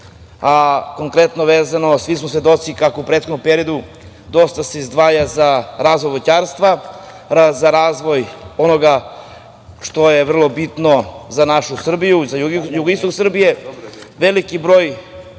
Konkretno, svi smo svedoci kako u prethodnom periodu se dosta izdvaja za razvoj voćarstva, za razvoj onoga što je vrlo bitno za našu Srbiju, za jugoistok Srbije. Veliki broj